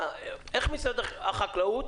איך משרד החקלאות